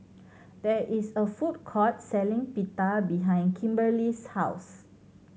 there is a food court selling Pita behind Kimberley's house